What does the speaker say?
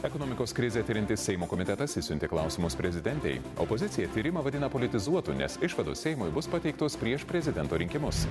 ekonomikos krizę tiriantis seimo komitetas išsiuntė klausimus prezidentei opozicija tyrimą vadina politizuotu nes išvados seimui bus pateiktos prieš prezidento rinkimus